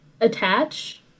attach